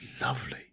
lovely